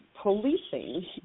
policing